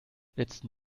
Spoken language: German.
letzten